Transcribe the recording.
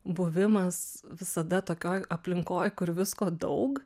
buvimas visada tokioj aplinkoj kur visko daug